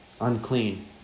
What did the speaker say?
Unclean